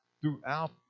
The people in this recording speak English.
throughout